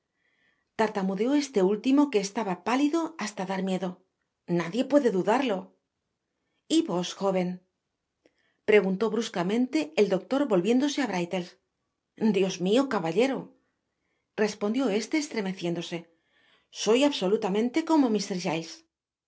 tartamudeó este último que estaba pálido hasta dar miedo nadie puede dudarlo y vos joven preguntó bruscamente el doctor volviéndose á brittles dios mio caballero respondió éste estremeciéndose sdy absolutamente como